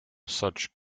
such